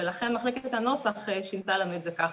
ולכן מחלקת הנוסח שינתה לנו את זה ככה.